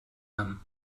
him